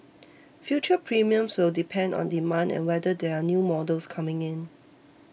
future premiums will depend on demand and whether there are new models coming in